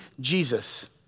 Jesus